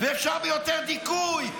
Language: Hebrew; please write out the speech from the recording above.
ואפשר ביותר דיכוי,